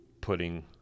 putting